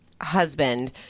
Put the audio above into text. husband